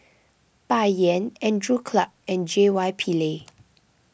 Bai Yan Andrew Clarke and J Y Pillay